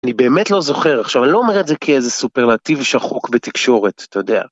אני באמת לא זוכר עכשיו, אני לא אומר את זה כאיזה סופרלטיב שחוק בתקשורת, אתה יודע.